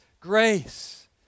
grace